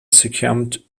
succumbed